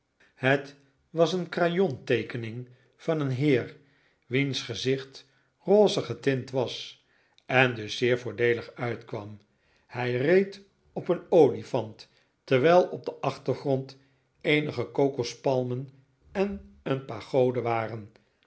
het was een crayonteekening van een heer wiens gezicht rose getint was en dus zeer voordeelig uitkwam hij reed op een olifant terwijl op den achtergrond eenige kokospalmen en een pagoda waren